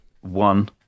One